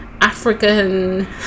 African